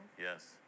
Yes